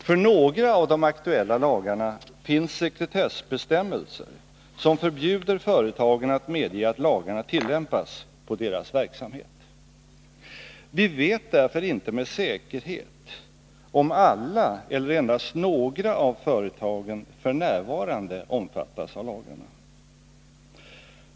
För några av de aktuella lagarna finns sekretessbestämmelser som förbjuder företagen att medge att lagarna tillämpas på deras verksamhet. Vi vet därför inte med säkerhet om alla eller endast några av företagen f. n. omfattas av lagarna.